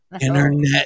Internet